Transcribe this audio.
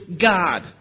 God